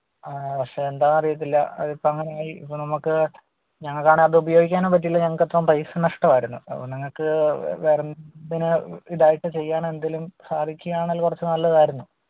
പക്ഷേ എന്താണെന്ന് അറിയില്ല അതിപ്പം അങ്ങനെയായി ഇപ്പം നമുക്ക് ഞങ്ങൾക്ക് ആണെങ്കിൽ അത് ഉപയോഗിക്കാനും പറ്റിയില്ല ഞങ്ങൾക്ക് അത്രയും പൈസ നഷ്ടമായിരുന്നു അപ്പം നിങ്ങൾക്ക് വേ വേറെ എന് തിനെ ഇതായിട്ട് ചെയ്യാൻ എന്തെങ്കിലും സാധിക്കുവാണെങ്കില് കുറച്ച് നല്ലതായിരുന്നു